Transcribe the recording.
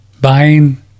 buying